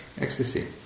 ecstasy